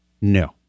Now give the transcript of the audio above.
no